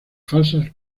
falsas